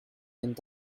end